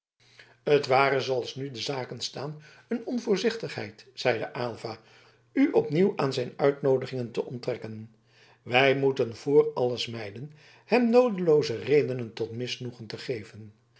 het ware zooals nu de zaken staan een onvoorzichtigheid zeide aylva u opnieuw aan zijn uitnoodigingen te onttrekken wij moeten vr alles mijden hem noodelooze redenen tot misnoegen te geven